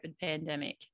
pandemic